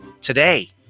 today